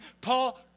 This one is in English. Paul